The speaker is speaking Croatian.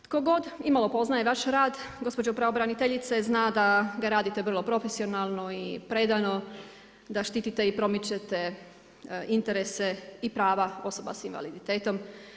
Tko god imalo poznaje vaš rad gospođo pravobraniteljice zna da ga radite vrlo profesionalno i predano da štitite i promičete interese i prava osoba sa invaliditetom.